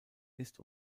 ist